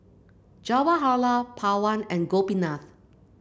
Jawaharlal Pawan and Gopinath